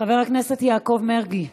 חבר הכנסת יעקב מרגי,